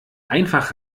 einfach